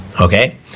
okay